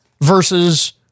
versus